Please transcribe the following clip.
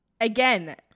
Again